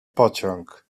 pociąg